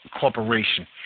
corporation